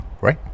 right